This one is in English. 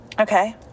okay